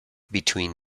between